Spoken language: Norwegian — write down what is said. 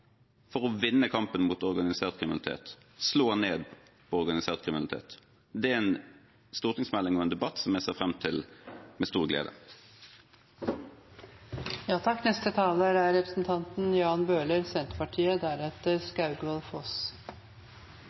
for å vinne kampen mot organisert kriminalitet, slå ned organisert kriminalitet. Det er en stortingsmelding og en debatt jeg ser fram til med stor glede. Takk